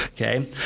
Okay